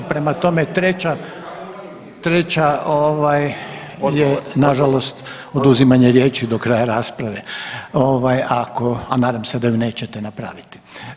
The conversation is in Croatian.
Prema tome, treća je na žalost oduzimanje riječi do kraja rasprave ako a nadam se da ju nećete napraviti.